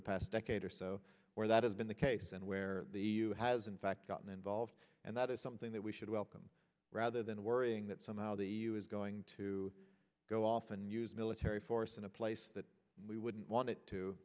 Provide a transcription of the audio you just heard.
the past decade or so where that has been the case and where the e u has in fact gotten involved and that is something that we should welcome rather than worrying that somehow the you is going to go off and use military force in a place that we wouldn't want it to